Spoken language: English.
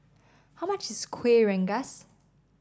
how much is Kuih Rengas